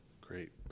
Great